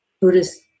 Buddhist